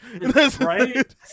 Right